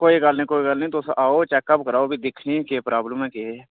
कोई गल्ल नेईं कोई गल्ल नेईं तुस आओ चैकअप कराओ फ्ही दिक्खने आं केह् प्राॅब्लम ऐ केह्